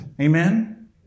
Amen